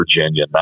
Virginia